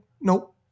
Nope